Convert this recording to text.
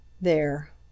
There